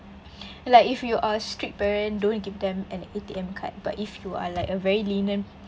like if you are strict parent don't give them an A_T_M card but if you are like a very lenient